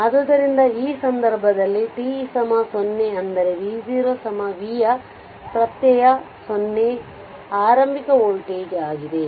ಆದ್ದರಿಂದ ಈ ಸಂದರ್ಭದಲ್ಲಿ t 0 ಅಂದರೆ V0 V ಯ ಪ್ರತ್ಯಯ 0 ಆರಂಭಿಕ ವೋಲ್ಟೇಜ್ ಆಗಿದೆ